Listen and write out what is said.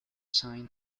signed